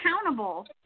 accountable